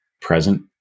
present